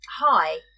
Hi